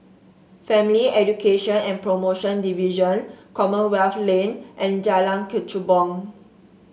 Family Education and Promotion Division Commonwealth Lane and Jalan Kechubong